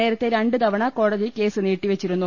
നേരത്തെ രണ്ട് തവണ കോടതി കേസ് നീട്ടിവെച്ചിരുന്നു